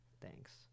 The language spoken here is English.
Thanks